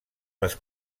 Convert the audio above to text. les